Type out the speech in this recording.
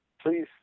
please